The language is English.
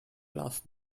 class